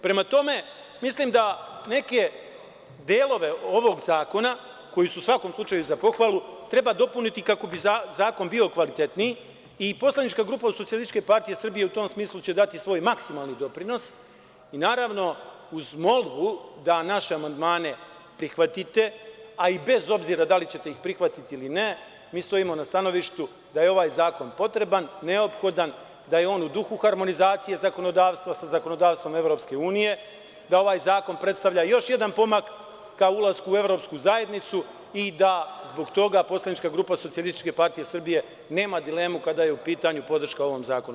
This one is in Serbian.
Prema tome, mislim da neke delove ovog zakona, koji su u svakom slučaju za pohvalu, treba dopuniti kako bi zakon bio kvalitetniji i poslanička grupa SPS u tom smislu će dati svoj maksimalni doprinos i, naravno, uz molbu da naše amandmane prihvatite, a i bez obzira da li ćete ih prihvatiti ili ne, mi stojimo na stanovištu da je ovaj zakon potreban, neophodan, da je on u duhu harmonizacije zakonodavstva sa zakonodavstvom EU, da ovaj zakon predstavlja još jedan pomak ka ulasku u Evropsku zajednicu i da zbog toga poslanička grupa SPS nema dilemu kada je u pitanju podrška ovom zakonu.